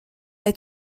est